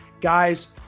Guys